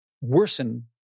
worsen